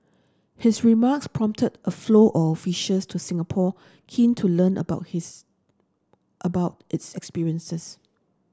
his remarks prompted a flow of issues to Singapore keen to learn about his about its experiences